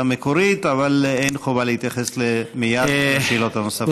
המקורית אבל אין חובה להתייחס מייד לשאלות הנוספות.